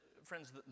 Friends